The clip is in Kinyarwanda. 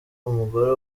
umugore